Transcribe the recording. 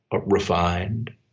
refined